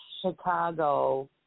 Chicago